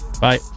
Bye